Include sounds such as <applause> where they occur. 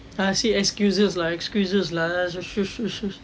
ah see excuses lah excuses lah <noise>